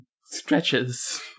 stretches